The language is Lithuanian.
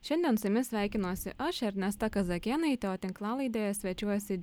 šiandien seime sveikinuosi aš ernesta kazakienė o tinklalaidėje svečiuojasi